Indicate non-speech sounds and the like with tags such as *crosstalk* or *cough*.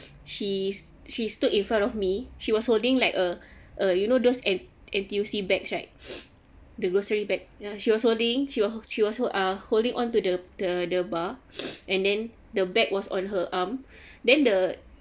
she's she stood in front of me she was holding like a a you know those an N_T_U_C bags right *breath* the grocery bag ya she was holding she was who uh holding onto the the the bar *breath* and then the bag was on her arm then the